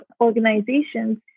organizations